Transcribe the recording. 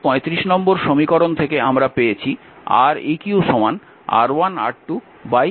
235 নম্বর সমীকরণ থেকে আমরা পেয়েছি Req R1 R2 R1 R2